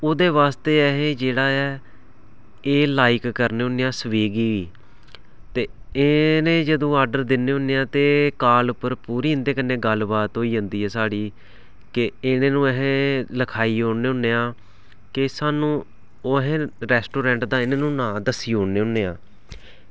ओह्दे वास्तै असें जेह्ड़ा ऐ एह् लाईक करने होनें आं स्विगी गी ते इनें जदूं ऑर्डर दिन्ने होन्ने आं ते एह् कॉल उप्पर पूरी इंदे कन्नै गल्ल बात होई जंदी ऐ साढ़ी के इनें नूं असें लखाई ओड़ने होन्ने आं के सानूं अस रेस्टोरेंट दा इनें नूं नांऽ दस्सी ओड़ने आं